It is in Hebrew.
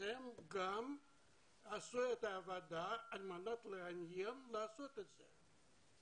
שהם עשו את העבודה לאלמנות ואלמנים לעשות את זה.